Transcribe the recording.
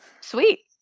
Sweet